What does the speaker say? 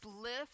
lift